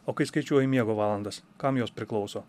o kai skaičiuoji miego valandas kam jos priklauso